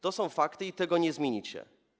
To są fakty i tego nie zmienicie.